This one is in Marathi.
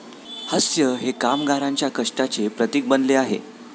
हास्य हे कामगारांच्या कष्टाचे प्रतीक बनले आहे